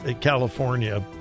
California